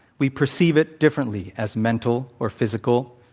we perceive it differently as mental, or physical,